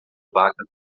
vaca